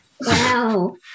Wow